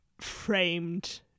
framed